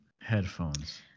headphones